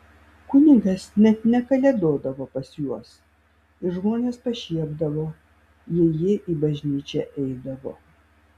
kunigas net nekalėdodavo pas juos ir žmonės pašiepdavo jei jie į bažnyčią eidavo